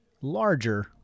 larger